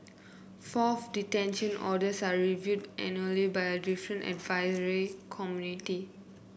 fourth detention orders are reviewed annually by a different advisory committee